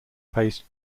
paced